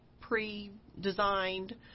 pre-designed